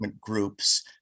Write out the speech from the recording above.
groups